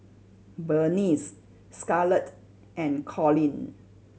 Bernice Scarlet and Colin